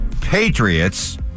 Patriots